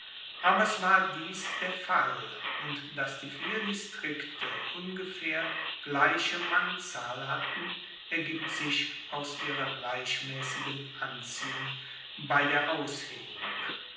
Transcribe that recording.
aber es war dies der fall und dass die vier distrikte ungefaehr gleiche mannzahl hatten ergibt sich aus ihrer gleichmaessigen anziehung bei der aushebung